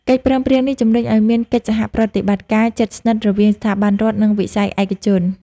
កិច្ចព្រមព្រៀងនេះជំរុញឱ្យមានកិច្ចសហប្រតិបត្តិការជិតស្និទ្ធរវាងស្ថាប័នរដ្ឋ និងវិស័យឯកជន។